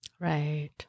Right